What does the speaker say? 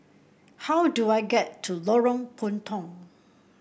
how do I get to Lorong Puntong